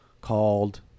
called